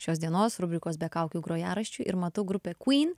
šios dienos rubrikos be kaukių grojaraščiu ir matau grupę queen